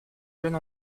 jeune